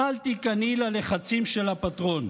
אל תיכנעי ללחצים של הפטרון.